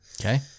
Okay